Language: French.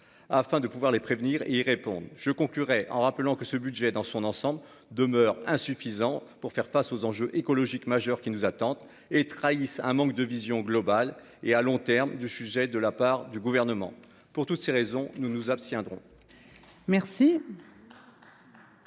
afin de les prévenir ou d'y répondre plus efficacement. Je conclurai en rappelant que ce budget, dans son ensemble, demeure insuffisant pour faire face aux enjeux écologiques majeurs qui nous attendent ; il trahit un manque de vision globale et à long terme sur le sujet de la part du Gouvernement. Pour toutes ces raisons, nous nous abstiendrons. La